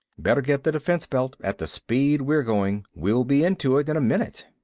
better get the defense belt, at the speed we're going. we'll be into it in a minute.